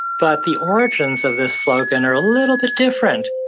but the origins of this slogan are a little bit different.